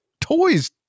toys